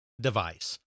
device